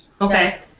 Okay